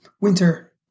winter